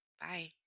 Bye